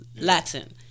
Latin